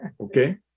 Okay